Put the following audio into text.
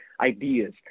ideas